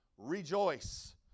Rejoice